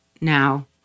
Now